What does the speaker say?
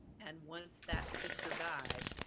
and once that sister died,